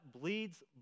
bleeds